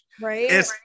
right